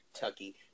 Tucky